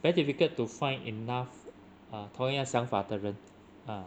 very difficult to find enough uh 同样想法的人 ah